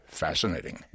fascinating